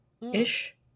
ish